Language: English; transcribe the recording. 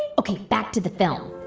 ok. back to the film.